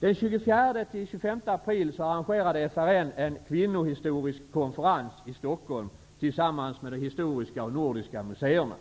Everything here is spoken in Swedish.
Den 24--25 april arrangerade FRN en kvinnohistorisk konferens i Stockholm tillsammans med Historiska Museet och Nordiska Museet.